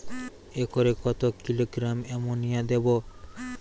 একরে কত kilogram ammonia দেবো?